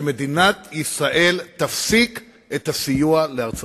שמדינת ישראל תפסיק את הסיוע לארצות-הברית,